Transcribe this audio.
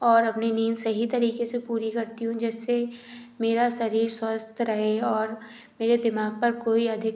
और अपनी नींद सही तरीके से पूरी करती हूँ जिससे मेरा शरीर स्वस्थ रहे और मेरे दिमाग पर कोई अधिक